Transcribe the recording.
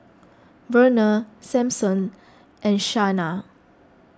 Verner Sampson and Shaina